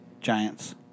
Giants